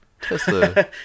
Tesla